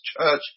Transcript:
church